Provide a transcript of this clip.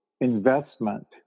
investment